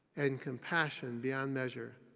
and compassion beyond measure.